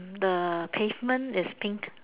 the pavement is pink